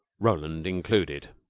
roland included.